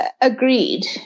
agreed